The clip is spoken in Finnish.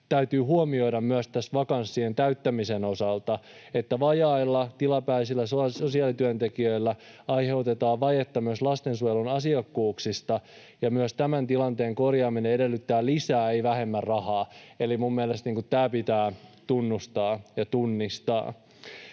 täytyy huomioida myös vakanssien täyttämisen osalta, että vajailla, tilapäisillä sosiaalityöntekijöillä aiheutetaan vajetta myös lastensuojelun asiakkuuksista, ja myös tämän tilanteen korjaaminen edellyttää lisää, ei vähemmän, rahaa. Eli minun mielestäni tämä pitää tunnustaa ja tunnistaa.